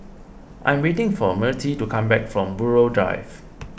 I am waiting for Myrtie to come back from Buroh Drive